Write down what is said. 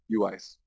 UIs